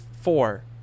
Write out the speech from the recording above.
four